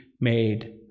made